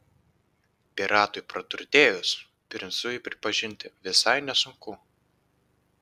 piratui praturtėjus princu jį pripažinti visai nesunku